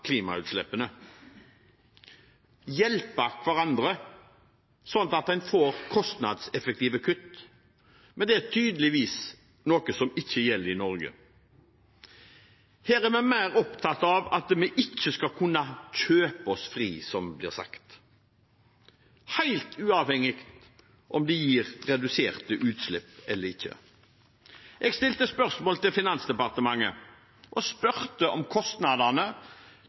klimautslippene, hjelpe hverandre sånn at en får kostnadseffektive kutt, men det er tydeligvis noe som ikke gjelder i Norge. Her er vi mer opptatt av at vi ikke skal kunne kjøpe oss fri, som det blir sagt, helt uavhengig av om det gir reduserte utslipp eller ikke. Jeg stilte spørsmål til Finansdepartementet og spurte om kostnadene